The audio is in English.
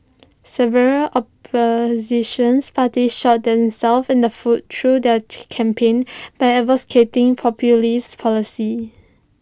several oppositions parties shot themselves in the foot through their campaigns by advocating populist policies